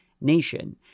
nation